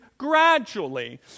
gradually